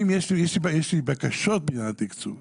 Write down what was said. יש לי בקשות בעניין התקצוב.